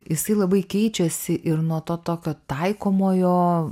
jisai labai keičiasi ir nuo to tokio taikomojo